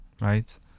right